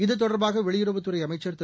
இதுதொடர்பாக வெளியுறவுத்துறைஅமைச்சர் திரு